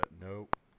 nope